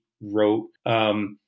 wrote